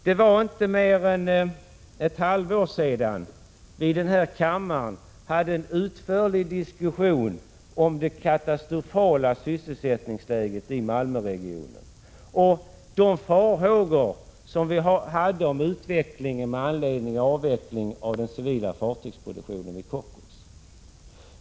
Det var inte mer än ett halvår sedan vi här i kammaren hade en utförlig diskussion om det katastrofala sysselsättningsläget i Malmöregionen och de farhågor som vi hyste om utvecklingen med anledning av avvecklingen av den civila fartygsproduktionen vid Kockums.